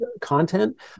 content